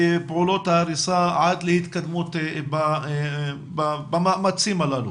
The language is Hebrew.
פעולות ההריסה עד להתקדמות במאמצים הללו.